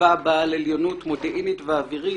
צבא בעל עליונות מודיעינית ואווירית,